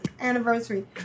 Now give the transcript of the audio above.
anniversary